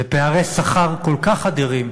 פערי שכר כל כך אדירים,